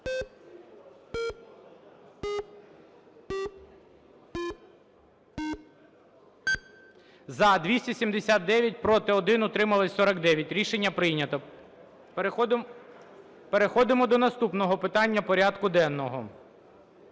За-279 Проти – 1, утримались – 49. Рішення прийнято. Переходимо до наступного питання порядку денного.